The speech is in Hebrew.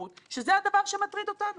עולמו של בנק ישראל,